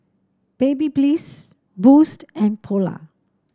Babyliss Boost and Polar